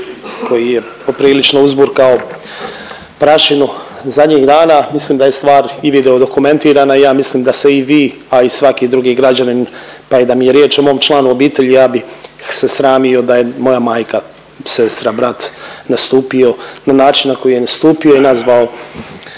koji je poprilično uzburkao prašinu zadnjih dana, mislim da je stvar i video dokumentirana i ja mislim da se i vi, a i svaki drugi građanin, pa i da mi je riječ o mom članu obitelji ja bih ih se sramio da je moja majka, sestra, brat nastupio na način na koji je nastupio i nazvao